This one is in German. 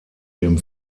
dem